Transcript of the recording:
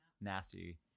nasty